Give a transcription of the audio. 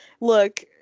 look